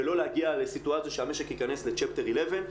ולא להגיע לסיטואציה שהמשק ייכנס ל-chapter eleven.